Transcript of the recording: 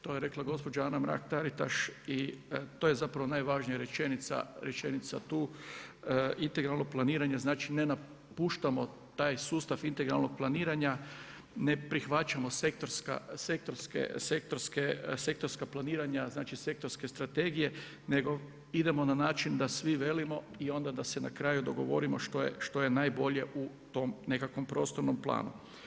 To je rekla gospođa Anka Mrak Tritaš i to je zapravo najvažnija rečenica tu, integralno planiranje, znači ne napuštamo taj sustav integralnog planiranja, ne prihvaćamo sektorska planiranja, znači sektorske strategije, nego idemo na način, da svi velimo i onda da se na kraju dogovorimo što je najbolje u tom nekakvom prostornom planu.